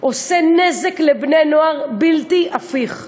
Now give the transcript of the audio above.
עושה נזק לבני-נוער, בלתי הפיך.